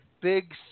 big